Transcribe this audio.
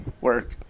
work